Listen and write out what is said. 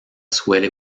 suele